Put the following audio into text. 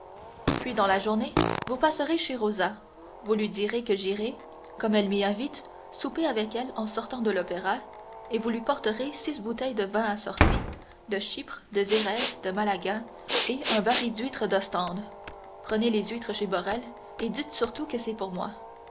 puis dans la journée vous passerez chez rosa vous lui direz que j'irai comme elle m'y invite souper avec elle en sortant de l'opéra et vous lui porterez six bouteilles de vins assortis de chypre de xérès de malaga et un baril d'huîtres d'ostende prenez les huîtres chez borel et dites surtout que c'est pour moi